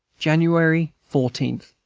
january fourteen.